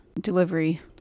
delivery